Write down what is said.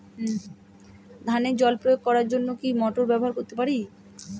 ধানে জল প্রয়োগ করার জন্য কি মোটর ব্যবহার করতে পারি?